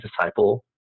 disciple